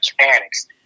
mechanics